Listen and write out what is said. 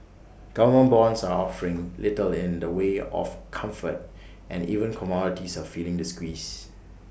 government bonds are offering little in the way of comfort and even commodities are feeling the squeeze